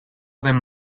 them